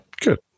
Good